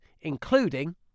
including